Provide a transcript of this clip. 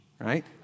right